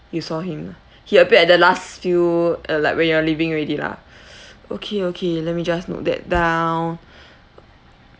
you saw him lah he appeared at the last few uh like when you are leaving already lah okay okay let me just note that down